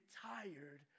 tired